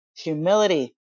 humility